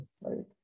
right